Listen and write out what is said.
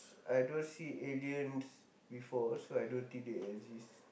I don't see aliens before so I don't think they exist